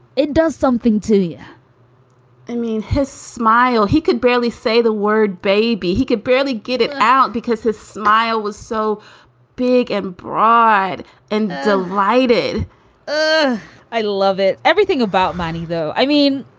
it does something to you yeah i mean, his smile. he could barely say the word baby. he could barely get it out because his smile was so big and pride and delighted ah i love it. everything about money, though. i mean,